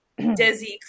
Desi